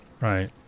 Right